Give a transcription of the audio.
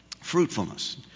fruitfulness